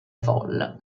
vol